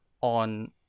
on